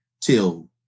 till